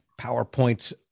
PowerPoints